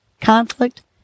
conflict